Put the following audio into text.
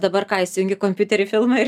dabar ką įsijungi kompiuterį filmą ir